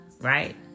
Right